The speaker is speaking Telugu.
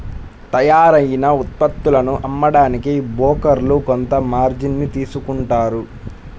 తయ్యారైన ఉత్పత్తులను అమ్మడానికి బోకర్లు కొంత మార్జిన్ ని తీసుకుంటారు